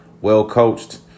well-coached